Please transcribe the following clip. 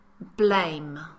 blame